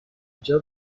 اینجا